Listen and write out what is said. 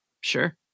Sure